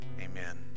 Amen